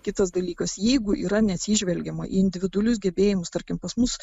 kitas dalykas jeigu yra neatsižvelgiama į individualius gebėjimus tarkim pas mus